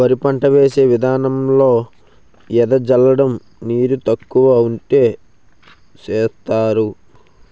వరి పంట వేసే విదానంలో ఎద జల్లడం నీరు తక్కువ వుంటే సేస్తరు